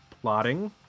plotting